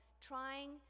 trying